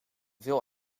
veel